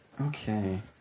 Okay